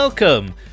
Welcome